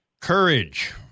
Courage